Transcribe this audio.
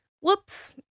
whoops